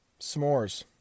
S'mores